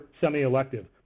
semi-elective